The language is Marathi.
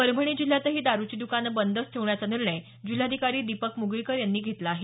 परभणी जिल्ह्यातही दारुची द्कानं बंदच ठेवण्याचा निर्णय जिल्हाधिकारी दीपक म्गळीकर यांनी घेतला आहे